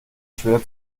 schwer